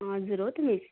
हजुर हो त मिस